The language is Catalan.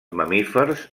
mamífers